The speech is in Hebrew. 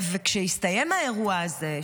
כשהסתיים האירוע הזה,